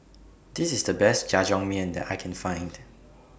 This IS The Best Jajangmyeon that I Can Find